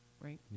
right